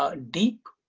ah deep.